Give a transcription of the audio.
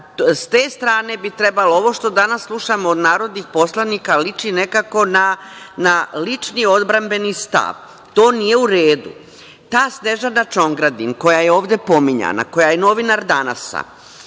te strane bi trebalo, ovo što danas slušamo od narodnih poslanika liči nekako na lični odbrambeni stav. To nije u redu. Ta Snežana Čongradin, koja je ovde pominjana, koja je novinar „Danasa“